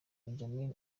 benjamin